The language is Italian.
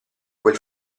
quel